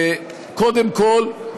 וקודם כול,